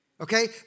Okay